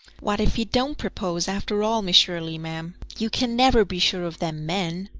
what if he don't propose after all, miss shirley, ma'am? you can never be sure of them men.